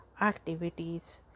activities